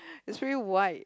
is really wide